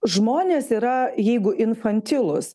žmonės yra jeigu infantilūs